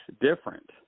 different